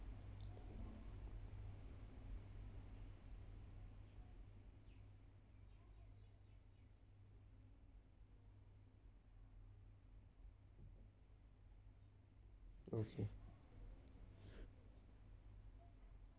okay